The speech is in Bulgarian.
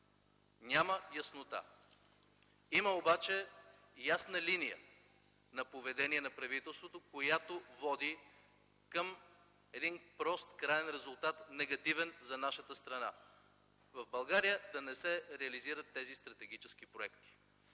Няма яснота. Има обаче ясна линия на поведение на правителството, която води към прост краен резултат, негативен за нашата страна – в България да не се реализират тези стратегически проекти.